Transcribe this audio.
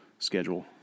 schedule